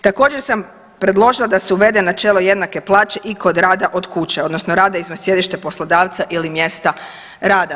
Također sam predložila se uvede načelo jednake plaće i kod rada od kuće odnosno rada izvan sjedišta poslodavca ili mjesta rada.